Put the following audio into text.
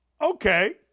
Okay